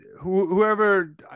Whoever